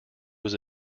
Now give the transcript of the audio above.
was